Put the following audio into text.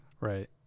Right